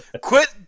Quit